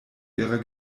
ihrer